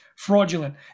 fraudulent